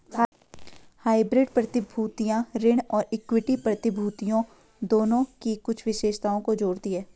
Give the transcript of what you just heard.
hybrid प्रतिभूतियां ऋण और इक्विटी प्रतिभूतियों दोनों की कुछ विशेषताओं को जोड़ती हैं